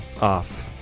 off